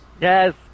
Yes